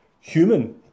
human